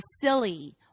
silly